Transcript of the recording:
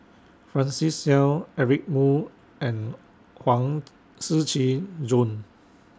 Francis Seow Eric Moo and Huang Shiqi Joan